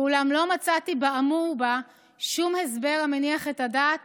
אולם לא מצאתי באמור בה שום הסבר המניח את הדעת